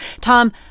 Tom